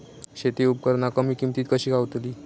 शेती उपकरणा कमी किमतीत कशी गावतली?